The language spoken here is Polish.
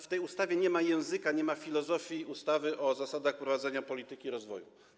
W tej ustawie nie ma języka, nie ma tu filozofii ustawy o zasadach prowadzenia polityki rozwoju.